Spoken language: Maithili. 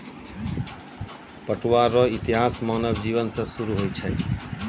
पटुआ रो इतिहास मानव जिवन से सुरु होय छ